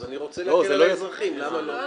אז אני רוצה להקל על האזרחים, למה לא?